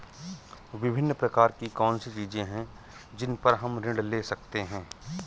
विभिन्न प्रकार की कौन सी चीजें हैं जिन पर हम ऋण ले सकते हैं?